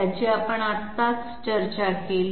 त्याची आपण आत्ताच चर्चा केली